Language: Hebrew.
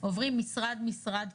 עוברים משרד משרד,